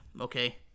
Okay